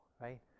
right